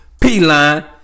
P-Line